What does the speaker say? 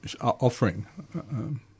offering